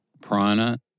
Prana